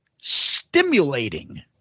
Stimulating